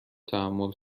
تحمل